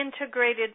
integrated